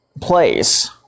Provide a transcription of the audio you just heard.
place